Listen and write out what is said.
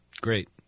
Great